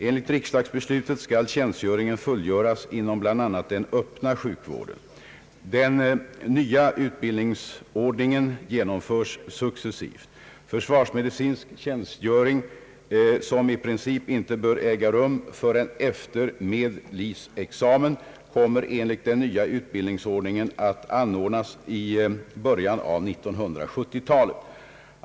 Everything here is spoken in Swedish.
Enligt riksdagsbeslutet skall tjänstgöringen fullgöras inom bl.a. den öppna sjukvården, Den nya utbildningsordningen genomförs successivt. Försvarsmedicinsk tjänstgöring som i princip inte bör äga rum förrän efter med. lic.- examen kommer enligt den nya utbildningsordningen att anordnas i början av 1970-talet.